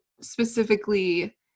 specifically